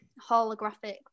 holographic